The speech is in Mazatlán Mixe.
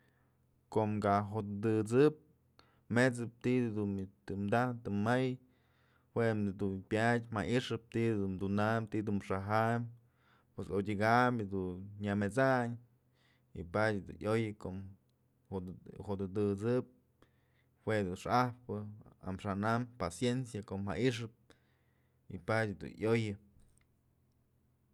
Kom ja jo'ot atësëp metsëp ti'i najtyë dun tëm taj të may jue mëjk dun pyadë jayxëp ti'i dunäp ti'i dun xa'ajam pos odyëkam dun nyamet'sayn y padyë dun yoyë kom kodum kë jo'ot atësëp juedun xa'ajpë amaxa'an am paciencia kom jayxëp y padye dun yoyë.